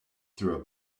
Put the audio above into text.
through